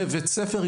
מתבצע בבית הספר,